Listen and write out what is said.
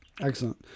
excellent